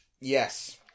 yes